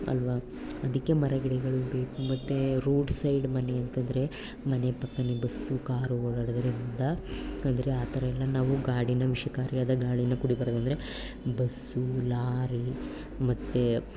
ಅಲ್ವಾ ಅದಕ್ಕೆ ಮರ ಗಿಡಗಳು ಇರಬೇಕು ಮತ್ತೆ ರೋಡ್ ಸೈಡ್ ಮನೆ ಅಂತಂದರೆ ಮನೆ ಪಕ್ಕ ಬಸ್ಸು ಕಾರು ಓಡಾಡೋದರಿಂದ ಅಂದರೆ ಆ ಥರ ಎಲ್ಲ ನಾವು ಗಾಡಿಯ ವಿಷಕಾರಿಯಾದ ಗಾಳಿಯ ಕುಡಿಬಾರದು ಅಂದರೆ ಬಸ್ಸು ಲಾರಿ ಮತ್ತೆ